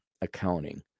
accounting